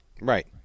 right